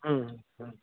হুম হুম